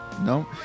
No